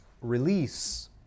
release